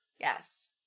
Yes